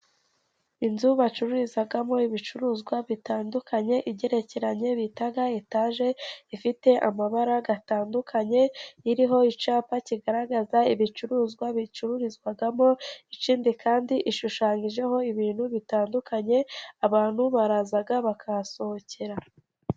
Inzu bacururizamo ibicuruzwa bitandukanye igeretse bitaga etaje ifite amabara atandukanye. Iriho icyapa kigaragaza ibicuruzwa bicururizwagamo ikindi kandi ishushanyijeho ibintu bitandukanye abantu baraza bakahasohokera.